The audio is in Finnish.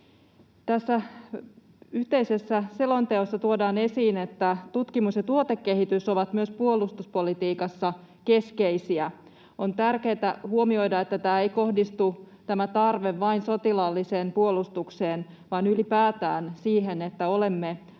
Tässä yhteisessä selonteossa tuodaan esiin, että tutkimus ja tuotekehitys ovat myös puolustuspolitiikassa keskeisiä. On tärkeää huomioida, että tämä tarve ei kohdistu vain sotilaalliseen puolustukseen vaan ylipäätään siihen, että olemme